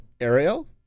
Ariel